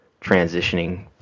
transitioning